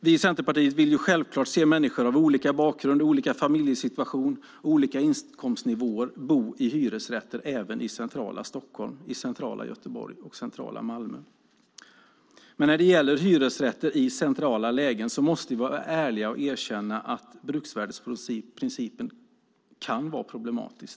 Vi i Centerpartiet vill självklart se människor av olika bakgrund, olika familjesituationer och olika inkomstnivåer bo i hyresrätter även i centrala Stockholm, Göteborg och Malmö. När det gäller hyresrätter i centrala lägen måste vi dock vara ärliga och erkänna att bruksvärdesprincipen kan vara problematisk.